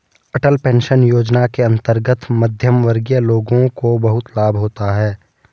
अटल pension Yojana के अंतर्गत मध्यमवर्गीय लोगों को बहुत लाभ होता है